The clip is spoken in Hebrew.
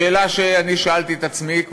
השאלה שאני שאלתי את עצמי,